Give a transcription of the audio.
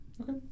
Okay